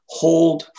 hold